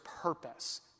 purpose